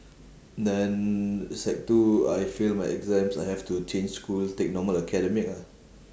then sec two I fail my exams I have to change school take normal academic ah